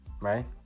right